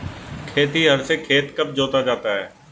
खेतिहर से खेत कब जोता जाता है?